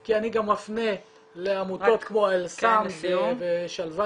כי אני גם מפנה לעמותות כמו אל-סם ושלוותא